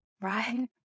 right